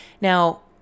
Now